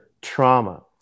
trauma